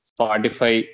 Spotify